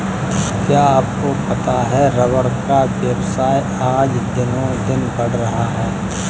क्या आपको पता है रबर का व्यवसाय आज दिनोंदिन बढ़ रहा है?